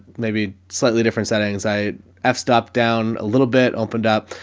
maybe slightly different settings. i have stopped down, little bit opened up,